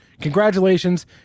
Congratulations